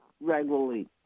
regularly